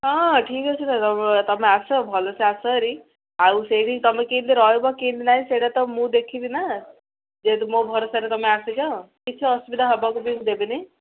ହଁ ଠିକ୍ ଅଛି ତୁମେ ଆସ ଭଲ ସେ ଆସ ହେରି ଆଉ ସେଇଠି ତୁମେ କିନ୍ତି ରହିବ କିନ୍ତି ନାହିଁ ସେଇଟା ତ ମୁଁ ଦେଖିବି ନା ଯେହେତୁ ମୋ ଭରସାରେ ତୁମେ ଆସିଛ କିଛି ଅସୁବିଧା ହବାକୁ ବି ଦେବିନି